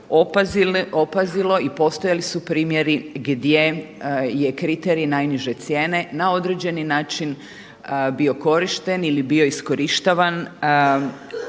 opazilo i postojali su primjeri gdje je kriterij najniže cijene na određeni način bio korišten ili bio iskorištavan